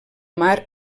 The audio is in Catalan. mar